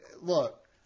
look